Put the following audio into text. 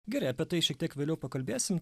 gerai apie tai šiek tiek vėliau pakalbėsim